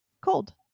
cold